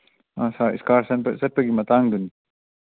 ꯑꯥ sir ꯏꯁꯀꯥꯔꯁꯟꯗ ꯆꯠꯄꯒꯤ ꯃꯇꯥꯡꯗꯅꯤ